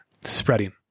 spreading